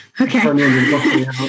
Okay